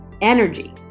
energy